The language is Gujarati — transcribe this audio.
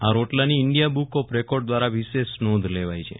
આ રોટલાની ઇન્ડિયા બુક ઓફ રેકોર્ડ દ્વારા વિશેષ નોંધ લેવાઇ છે